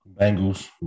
Bengals